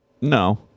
No